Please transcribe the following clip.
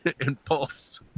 Impulse